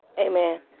Amen